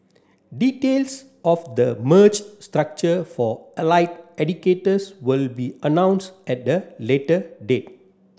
details of the merged structure for allied educators will be announced at the later date